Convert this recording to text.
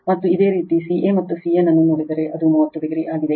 ಮತ್ತು ಇದೇ ರೀತಿ ca ಮತ್ತು cn ಅನ್ನು ನೋಡಿದರೆ ಅದು 30o ಆಗಿದೆ